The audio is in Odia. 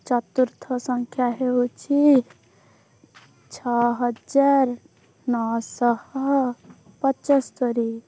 ଚତୁର୍ଥ ସଂଖ୍ୟା ହେଉଛି ଛଅ ହଜାର ନଅଶହ ପଞ୍ଚସ୍ତରି